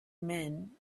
men